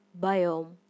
biome